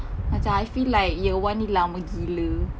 macam I feel like year one ni lama gila